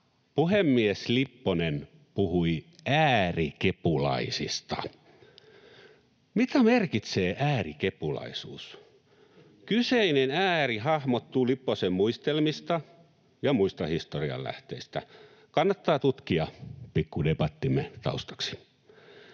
puhemies Lipponen puhui ”äärikepulaisista”. Mitä merkitsee äärikepulaisuus? Kyseinen ääri hahmottuu Lipposen muistelmista ja muista historian lähteistä — kannattaa tutkia pikku debattimme taustaksi.